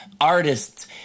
artists